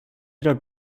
wieder